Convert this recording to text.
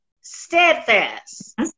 Steadfast